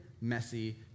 messy